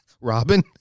Robin